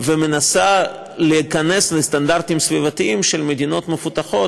ומנסה להיכנס לסטנדרטים סביבתיים של מדינות מפותחות,